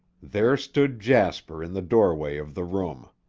there stood jasper in the doorway of the room.